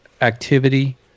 activity